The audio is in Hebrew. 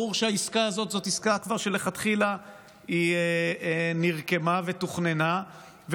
ברור שהעסקה הזאת היא עסקה שנרקמה מלכתחילה ותוכננה ונוהלה,